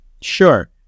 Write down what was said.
Sure